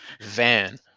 Van